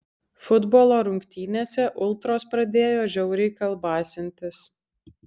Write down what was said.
futbolo rungtynėse ultros pradėjo žiauriai kalbasintis